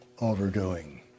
overdoing